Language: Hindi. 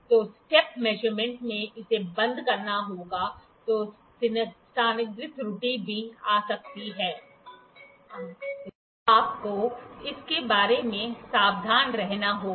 तो स्टेप मैशरमेंट में इसे बंद करना होगा तो स्थितिगत त्रुटि भी आ सकती है आपको इसके बारे में सावधान रहना होगा